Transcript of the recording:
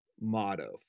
motto